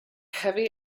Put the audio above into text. heavy